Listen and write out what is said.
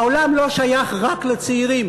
העולם לא שייך רק לצעירים.